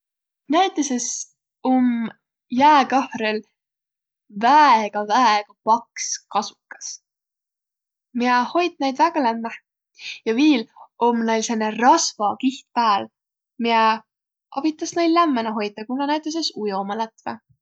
Näütüses um jääkahrõl väega, väega paks kasukas, miä hoit näid väega lämmäh. Ja viil om näil sääne rasvakiht pääl, miä avitas näil lämmänä hoitaq, ku nä näütüses ujoma lätväq.